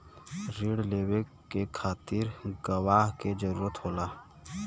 रिण लेवे के खातिर गवाह के जरूरत होला